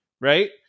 Right